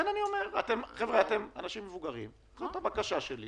חבר'ה, אתם אנשים מבוגרים, תתייחסו לבקשה שלי